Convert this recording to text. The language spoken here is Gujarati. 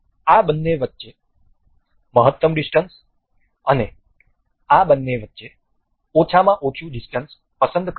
તેથી આપણે આ બંને વચ્ચે મહત્તમ ડીસ્ટન્સ અને આ બંને વચ્ચે ઓછામાં ઓછું ડીસ્ટન્સ પસંદ કરીશું